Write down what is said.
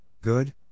Good